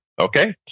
Okay